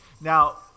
Now